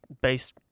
based